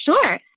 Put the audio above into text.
Sure